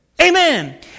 Amen